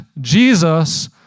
Jesus